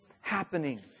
happening